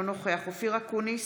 אינו נוכח אופיר אקוניס,